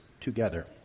together